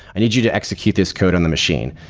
i need you to execute this code on the machine.